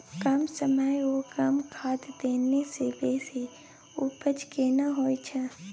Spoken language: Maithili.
कम समय ओ कम खाद देने से बेसी उपजा केना होय छै?